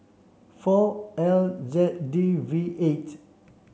four L Z D V eight